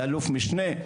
אלוף משנה,